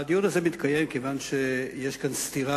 הדיון הזה מתקיים כיוון שמחד גיסא יש כאן סתירה